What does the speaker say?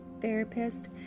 therapist